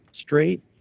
straight